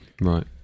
right